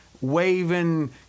waving